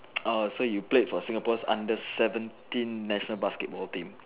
orh so you played for Singapore's under seventeen national basketball team